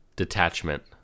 Detachment